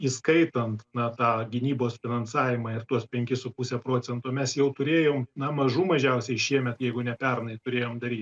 įskaitant na tą gynybos finansavimą ir tuos penkis su puse procento mes jau turėjom na mažų mažiausiai šiemet jeigu ne pernai turėjom daryt